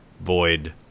Void